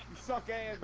sunday